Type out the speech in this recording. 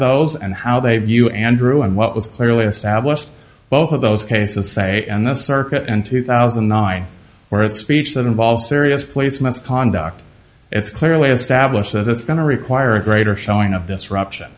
those and how they view andrew and what was clearly established both of those cases say in the circuit in two thousand and nine where it's speech that involves serious place misconduct it's clearly established that it's going to require a greater showing of disruption